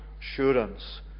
assurance